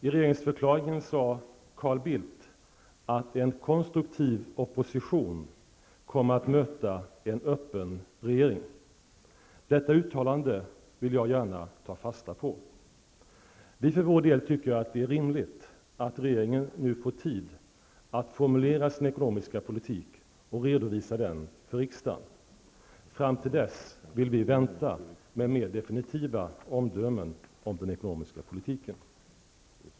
I regeringsförklaringen sade Carl Bildt att en konstruktiv opposition kommer att möta en öppen regering. Detta uttalande vill jag gärna ta fasta på. Vi för vår del tycker att det är rimligt att regeringen nu får tid att formulera sin ekonomiska politik och redovisa den för riksdagen. Fram till dess vill vi vänta med mer definitiva omdömen om den ekonomiska politiken.